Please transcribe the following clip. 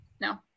No